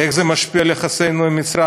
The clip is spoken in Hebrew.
איך זה משפיע על יחסינו עם מצרים?